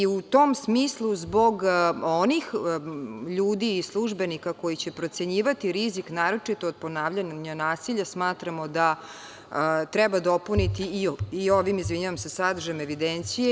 U tom smislu, zbog onih ljudi i službenika koji će procenjivati rizik, naročito od ponavljanja nasilja, smatramo da treba dopuniti i ovim sadržajem evidencije.